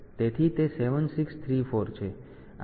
તેથી તે 7 6 3 4 છે